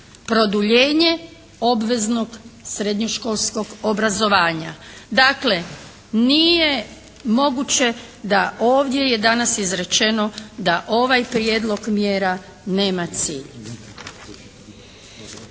produljenje obveznog srednješkolskog obrazovanja. Dakle nije moguće da ovdje je danas izrečeno da ovaj prijedlog mjera nema cilj.